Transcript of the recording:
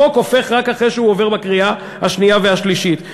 חוק הוא רק אחרי הקריאה השנייה והשלישית.